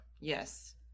Yes